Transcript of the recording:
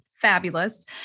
fabulous